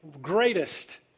greatest